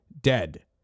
dead